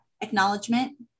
acknowledgement